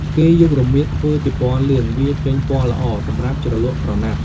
គេយករមៀត ធ្វើជាពណ៌លឿង វាចេញពណ៌ល្អ សម្រាប់ជ្រលក់ក្រណាត់។